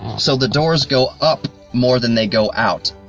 so the doors go up more than they go out.